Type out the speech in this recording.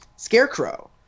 Scarecrow